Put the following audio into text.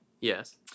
Yes